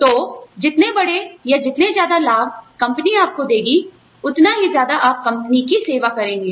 तो जितने बड़े या जितने ज्यादा लाभ कंपनी आपको देगी उतना ही ज्यादा आप कंपनी की सेवा करेंगे